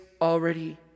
already